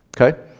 Okay